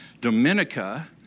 Dominica